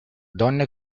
donne